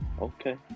Okay